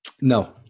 No